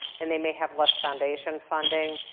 and they may have less foundation funding.